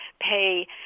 pay